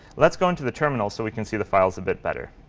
let's go into the terminal so we can see the files a bit better.